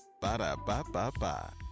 Ba-da-ba-ba-ba